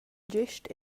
gest